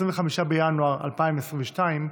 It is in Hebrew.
25 בינואר 2022,